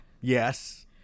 Yes